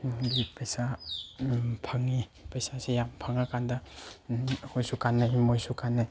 ꯅꯪꯒꯤ ꯄꯩꯁꯥ ꯑꯗꯨꯝ ꯐꯪꯉꯤ ꯄꯩꯁꯥꯁꯦ ꯌꯥꯝ ꯐꯪꯉꯀꯥꯟꯗ ꯑꯩꯈꯣꯏꯁꯨ ꯀꯥꯟꯅꯩ ꯃꯣꯏꯁꯨ ꯀꯥꯟꯅꯩ